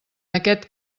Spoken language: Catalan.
aquest